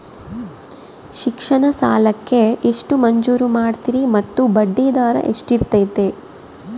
ಶಿಕ್ಷಣ ಸಾಲಕ್ಕೆ ಎಷ್ಟು ಮಂಜೂರು ಮಾಡ್ತೇರಿ ಮತ್ತು ಬಡ್ಡಿದರ ಎಷ್ಟಿರ್ತೈತೆ?